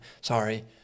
Sorry